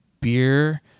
beer